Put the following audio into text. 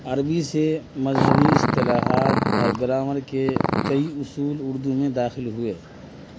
عربی سے مذہبی اصطلاحات اور گرامر کے کئی اصول اردو میں داخل ہوئے